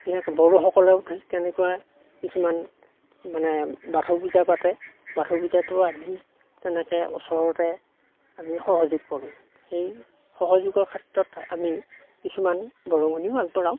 বিশেষকৈ বড়োসকলেও ঠিক তেনেকুৱা কিছুমান মানে বাথৌ পূজা পাতে বাথৌ পূজাতো আমি তেনেকৈ ওচৰতে আমি সহযোগ কৰোঁ সেই সহযোগৰ ক্ষেত্ৰত আমি কিছুমান বৰঙণিও আগবঢ়াওঁ